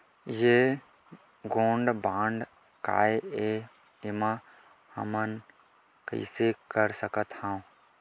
ये gold bond काय ए एमा हमन कइसे कर सकत हव?